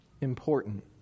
important